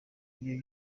ibyo